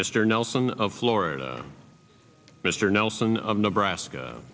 mr nelson of florida mr nelson of nebraska